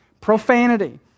profanity